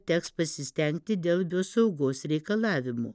teks pasistengti dėl biosaugos reikalavimų